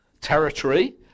territory